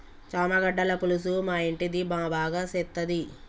చామగడ్డల పులుసు మా ఇంటిది మా బాగా సేత్తది